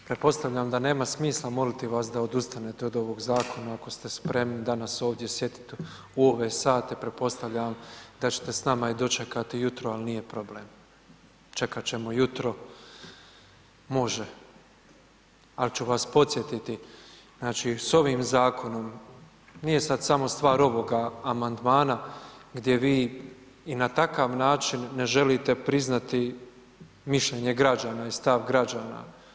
Pretpostavljam da nema smisla, moliti vas da odustanete od ovoga zakona, ako ste spremni danas ovdje … u ove sate, pretpostavljam da ćete s nama i dočekati jutro, ali, nije problem, čekati ćemo jutro, može, ali ću vas podsjetiti, znači s ovim zakonom, nije sada samo stvar ovoga amandmana gdje vi na i takav način ne želite priznati mišljenje građana i stav građana.